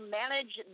manage